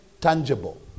tangible